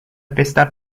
pesta